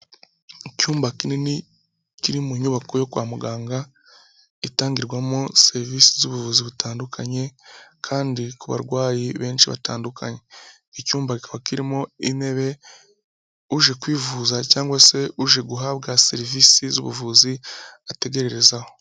Icyumba kinini kiri mu nyubako yo kwa muganga itangirwamo serivisi z'ubuvuzi butandukanye kandi ku barwayi benshi batandukanye, icyumba kikaba kirimo intebe uje kwivuza cyangwa se uje guhabwa serivisi z'ubuvuzi ategererezaho.